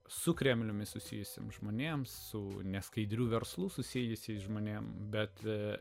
su kremliumi susijusiems žmonėms su neskaidriu verslu susijusiais žmonėms bet